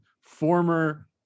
former